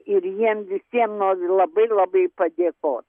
ir jiem visiem noriu labai labai padėkot